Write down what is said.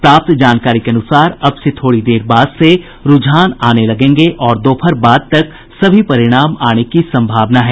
प्राप्त जानकारी के अनुसार अब से थोड़ी देर बाद से रूझान आने लगेंगे और दोपहर बाद तक सभी परिणाम आने की संभावना है